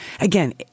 again